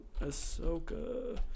Ahsoka